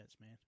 man